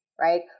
right